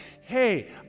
hey